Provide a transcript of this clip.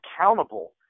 accountable